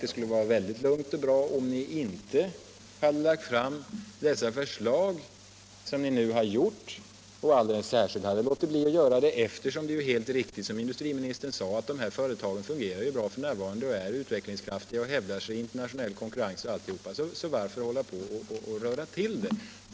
Det skulle vara mycket lugnt och bra, om ni inte hade lagt fram de förslag ni nu presenterar, eftersom det är helt riktigt, som industriministern sade, att de aktuella företagen fungerar bra för närvarande, är utvecklingskraftiga, hävdar sig i internationell konkurrens osv. Varför då röra till det?